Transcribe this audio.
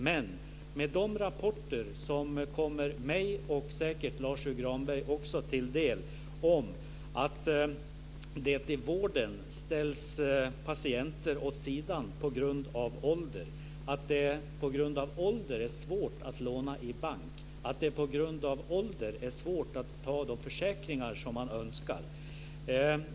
Men jag, och säkert också Lars U Granberg, har fått rapporter om att patienter ställs åt sidan i vården på grund av ålder, att det på grund av ålder är svårt att låna i bank och att det på grund av ålder är svårt att teckna de försäkringar som man önskar.